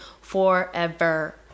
forever